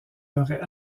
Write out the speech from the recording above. aurait